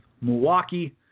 Milwaukee